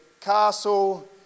castle